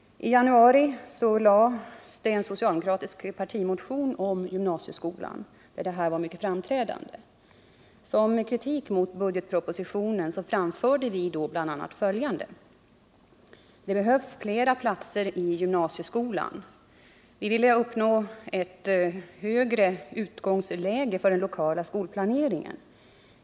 I januari i år väcktes en socialdemokratisk partimotion om gymnasieskolan, där denna uppfattning var mycket framträdande. Som kritik mot förslagen i budgetpropositionen på detta område framförde vi i motionen bl.a. följande synpunkter. Vi menade att det behövs flera platser i gymnasieskolan. Den lokala skolplaneringen bör utgå från ett högre utgångsläge.